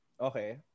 Okay